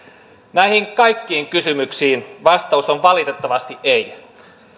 näihin kaikkiin kysymyksiin vastaus on valitettavasti ei